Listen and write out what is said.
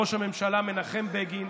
ראש הממשלה מנחם בגין,